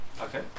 Okay